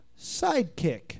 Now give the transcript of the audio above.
Sidekick